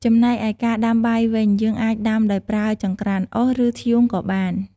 ចំណែកឯការដាំបាយវិញ យើងអាចដាំដោយប្រើចង្ក្រានអុស ឬ ធ្យូងក៏បាន។